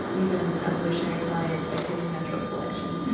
even evolutionary science, ideas of natural selection.